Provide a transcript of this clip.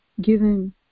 given